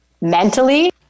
mentally